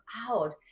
out